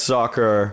Soccer